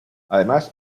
además